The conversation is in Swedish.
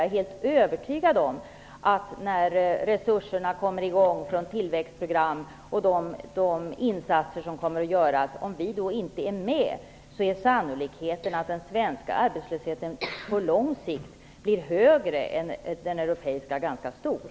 När det hela kommer i gång med resurserna beträffande tillväxtprogram och de insatser som kommer att göras är jag helt övertygad om att den svenska arbetslösheten, om vi inte är med i samarbetet, på lång sikt sannolikt blir högre än den europeiska och i så fall ganska stor.